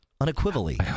unequivocally